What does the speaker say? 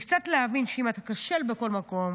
וקצת להבין שאם אתה כשל בכל מקום,